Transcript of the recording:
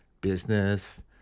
business